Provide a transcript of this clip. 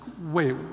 wait